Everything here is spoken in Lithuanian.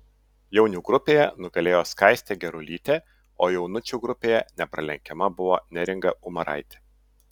jaunių grupėje nugalėjo skaistė gerulytė o jaunučių grupėje nepralenkiama buvo neringa umaraitė